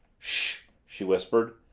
ssh! she whispered.